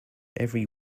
every